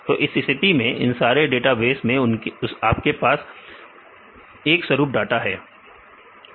तो इस स्थिति में इन सारे डेटाबेस में आपके पास एकरूप डाटा है